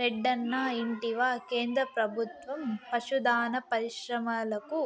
రెడ్డన్నా ఇంటివా కేంద్ర ప్రభుత్వం పశు దాణా పరిశ్రమలకు